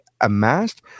amassed